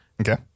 Okay